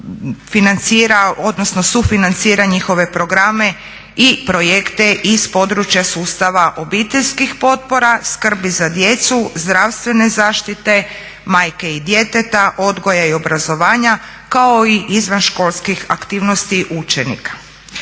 sufinancira njihove programe i projekte iz područja sustava obiteljskih potpora, skrbi za djecu, zdravstvene zaštite majke i djeteta, odgoja i obrazovanja kao i izvanškolskih aktivnosti učenika.